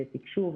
לתקשוב.